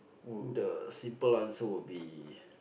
the simple answer would be